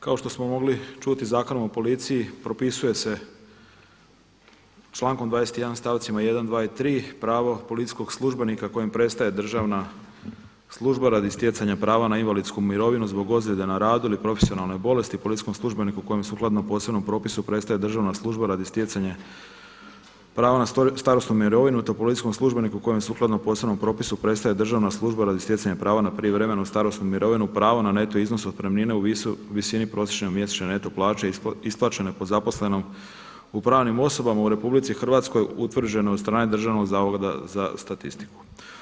Kao što smo mogli čuti, Zakonom o policiji propisuje se člankom 21. stavcima 1., 2. i 3. pravo policijskog službenika kojem prestaje državna služba radi stjecanja prava na invalidsku mirovinu zbog ozljede na radu ili profesionalne bolesti, policijskom službeniku kojem sukladno posebnom propisu prestaje državna služba radi stjecanja prava na starosnu mirovinu te policijskom službeniku kojem sukladno posebnom propisu prestaje državna služba radi stjecanja prava na prijevremenu starosnu mirovinu, pravo na neto iznos otpremnine u visini prosječne mjesečne neto plaće isplaćene po zaposlenom u pravnim osobama u Republici Hrvatskoj utvrđene od strane Državnog zavoda za statistiku.